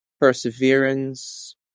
perseverance